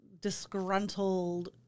disgruntled